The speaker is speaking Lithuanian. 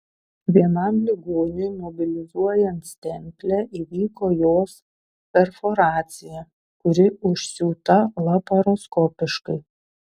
vienam ligoniui mobilizuojant stemplę įvyko jos perforacija kuri užsiūta laparoskopiškai